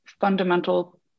fundamental